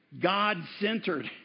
God-centered